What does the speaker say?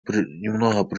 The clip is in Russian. пришел